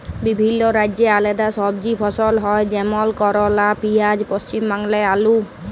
বিভিল্য রাজ্যে আলেদা সবজি ফসল হ্যয় যেমল করলা, পিয়াঁজ, পশ্চিম বাংলায় আলু